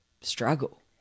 struggle